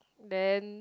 then